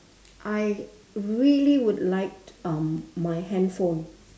I really would like um my handphone